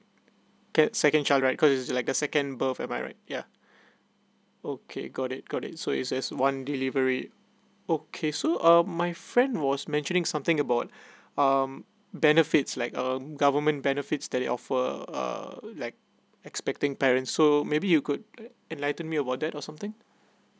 cat~ second child right cause is like the second birth am I right yeah okay got it got it so is as one delivery okay so err my friend was mentioning something about um benefits like um government benefits that the offer uh like expecting parents so maybe you could enlighten me about that or something